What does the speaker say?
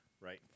Right